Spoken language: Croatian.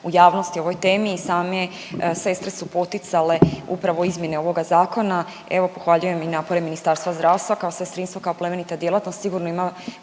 u javnosti o ovoj temi i same sestre su poticale upravo izmjene ovoga zakona, evo pohvaljujem i napore Ministarstva zdravstva kao sestrinstvo kao plemenita djelatnost